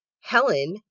Helen